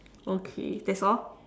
okay that's all